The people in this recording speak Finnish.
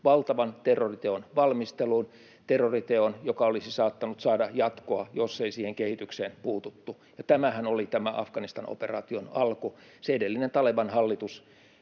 valtavan terroriteon valmisteluun, terroriteon, joka olisi saattanut saada jatkoa, jos ei siihen kehitykseen olisi puututtu, ja tämähän oli tämä Afganistan-operaation alku. Se edellinen Taleban-hallitus